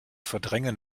verdrängen